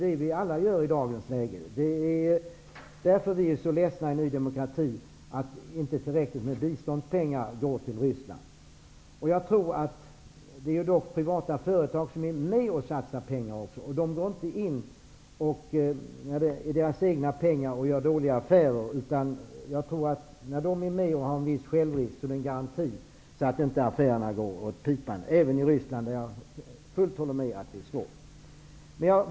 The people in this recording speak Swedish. Därför är vi i Ny demokrati så ledsna för att det inte går tillräckligt med biståndspengar till Ryssland. Det är ju dock privata företag som är med och satsar pengar, och de går inte in med sina egna pengar och gör dåliga affärer. Att de är med och tar en viss risk är en garanti för att affärerna inte skall gå åt pipan. Jag håller helt med om att det är svårt att göra affärer med Ryssland.